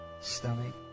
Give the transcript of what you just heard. stomach